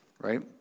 right